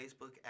Facebook